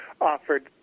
offered